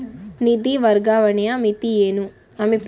ನಿಧಿ ವರ್ಗಾವಣೆಯ ಮಿತಿ ಏನು?